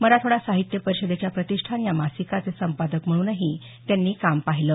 मराठवाडा साहित्य परिषदेच्या प्रतिष्ठान या मासिकाचे संपादक म्हणून ही त्यांनी काम पाहिलं